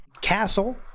Castle